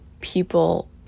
People